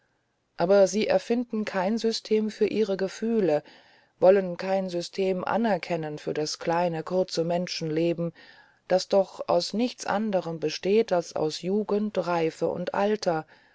aber sie erfinden kein system für ihre gefühle wollen kein system anerkennen für das kleine kurze menschenleben das doch aus nichts anderem besteht als aus jugend reife und alter